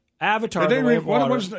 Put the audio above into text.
Avatar